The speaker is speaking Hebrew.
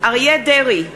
אריה דרעי,